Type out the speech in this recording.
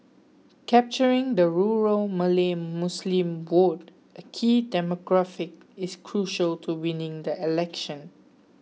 capturing the rural Malay Muslim vote a key demographic is crucial to winning the election